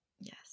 Yes